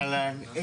אהלן.